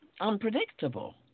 unpredictable